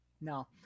No